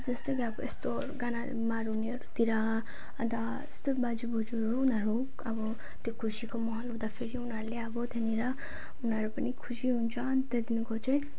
जस्तै कि अब यस्तो गाना मारुनीहरूतिर अन्त यस्तो बाजेबोजुहरू उनीहरू अब त्यो खुसीको माहोल हुँदाखेरि उनीहरूले अब त्यहाँनिर उनीहरू पनि खुसी हुन्छ त्यहाँदेखिको चाहिँ